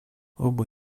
оба